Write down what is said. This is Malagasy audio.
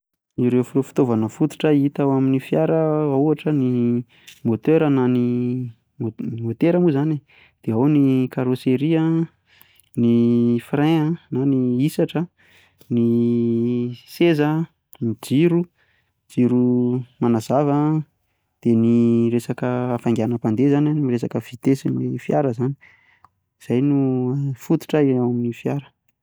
Ireo fitaovana fototra hita ao amin'ny fiara ohatra ny moteur na ny môtera moa izany e, dia ao ny karosery an, ny frein a na ny hisatra an, ny seza an, ny jiro, ny jiro manazava, dia ny resaka hafainganam-pandeha izany an, amy resaka vitesin'ny fiara izany, izay no fototra eo amin'ny fiara.